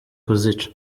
kuzica